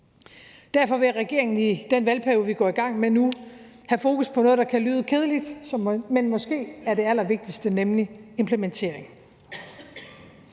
Derfor vil regeringen i den valgperiode, vi går i gang med nu, have fokus på noget, der kan lyde kedeligt, men som måske er det allervigtigste, nemlig implementering.